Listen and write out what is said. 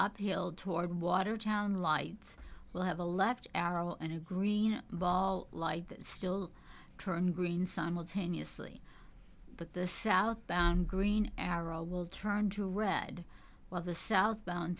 uphill toward watertown lights well have a left arrow and a green ball light that still turn green simultaneously but the southbound green arrow will turn to red while the south